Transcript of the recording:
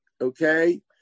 Okay